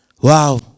Wow